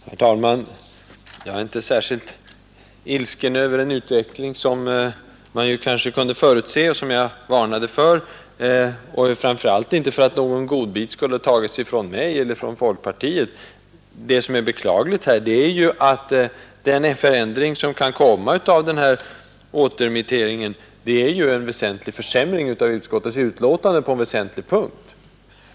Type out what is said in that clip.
Herr talman! Jag är inte särskilt ilsken över en utveckling som man kanske kunde förutse och som jag varnade för, och framför allt inte för att någon ”godbit” skulle tas ifrån mig eller från folkpartiet. Det som är beklagligt är att den förändring som kan. komma att bli följden av återremissen är en avsevärd försämring av utskottets betänkande på en väsentlig punkt.